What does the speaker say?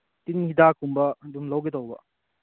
ꯇꯤꯟ ꯍꯤꯗꯛꯒꯨꯝꯕ ꯑꯗꯨꯝ ꯂꯧꯒꯦ ꯇꯧꯕ